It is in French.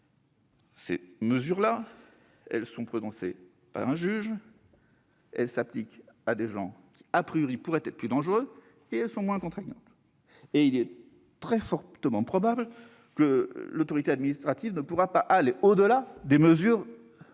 Les mesures prévues sont prononcées par un juge, s'appliquent à des individus qui pourraient être plus dangereux et sont moins contraignantes. En outre, il est très fortement probable que l'autorité administrative ne pourra pas aller au-delà des mesures judiciaires.